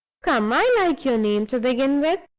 come! i like your name, to begin with.